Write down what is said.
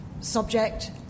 subject